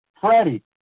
Freddie